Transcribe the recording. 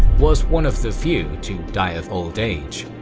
was one of the few to die of old age.